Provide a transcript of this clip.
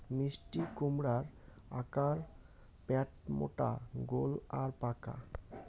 মিষ্টিকুমড়ার আকার প্যাটমোটা গোল আর পাকা